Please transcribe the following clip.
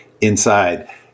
inside